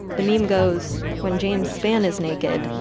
the meme goes, when james spann is naked,